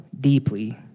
deeply